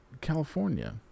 California